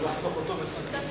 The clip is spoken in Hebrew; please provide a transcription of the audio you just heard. סעיפים 1 2 התקבלו.